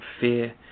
fear